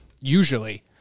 usually